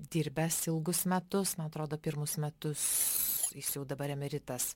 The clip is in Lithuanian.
dirbęs ilgus metus na atrodo pirmus metus jis jau dabar emeritas